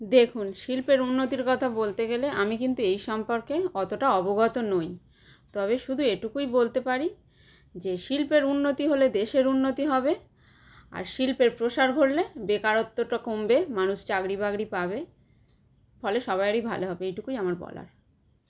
দেখুন শিল্পের উন্নতির কথা বলতে গেলে আমি কিন্তু এই সম্পর্কে অতটা অবগত নই তবে শুধু এটুকুই বলতে পারি যে শিল্পের উন্নতি হলে দেশের উন্নতি হবে আর শিল্পের প্রসার ঘটলে বেকারত্বটা কমবে মানুষ চাকরি বাকরি পাবে ফলে সবারই ভালো হবে এটুকুই আমার বলার